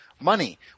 money